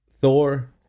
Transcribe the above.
Thor